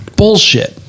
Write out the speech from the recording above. bullshit